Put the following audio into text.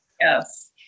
Yes